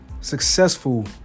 successful